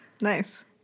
Nice